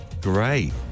Great